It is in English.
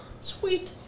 Sweet